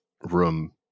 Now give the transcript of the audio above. room